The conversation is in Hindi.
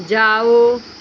जाओ